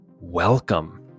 Welcome